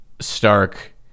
stark